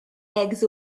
eggs